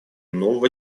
нового